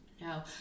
No